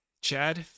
Chad